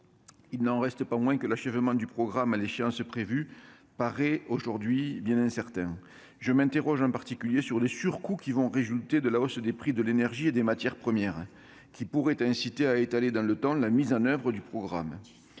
Il n'en reste pas moins que l'achèvement du programme à l'échéance prévue paraît aujourd'hui bien incertain. Je m'interroge, en particulier, sur les surcoûts qui résulteront de la hausse des prix de l'énergie et des matières premières : ils pourraient inciter à étaler dans le temps la mise en oeuvre du programme.